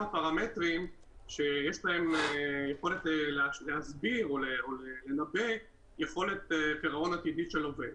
הפרמטרים שיש להם יכולת להסביר או לנבא יכולת פירעון עתידי של לווה.